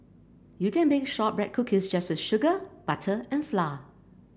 you can bake shortbread cookies just with sugar butter and flour